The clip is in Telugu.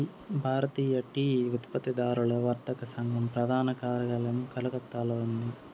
భారతీయ టీ ఉత్పత్తిదారుల వర్తక సంఘం ప్రధాన కార్యాలయం కలకత్తాలో ఉంది